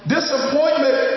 Disappointment